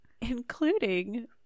including